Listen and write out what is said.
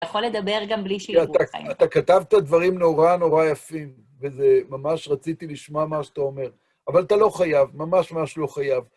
יכול לדבר גם בלי שיראו אתכם. אתה כתבת דברים נורא נורא יפים, וזה, ממש רציתי לשמוע מה שאתה אומר. אבל אתה לא חייב, ממש ממש לא חייב.